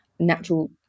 natural